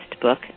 book